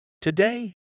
Today